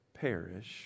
perish